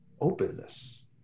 openness